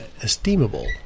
esteemable